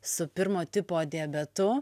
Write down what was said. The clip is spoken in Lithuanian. su pirmo tipo diabetu